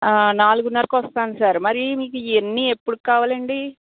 నాలుగున్నరకి వస్తాను సార్ మరి మీకు ఇవన్నీ ఎప్పటికి కావాలండి